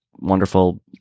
Wonderful